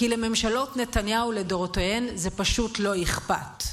כי לממשלות נתניהו לדורותיהן זה פשוט לא אכפת,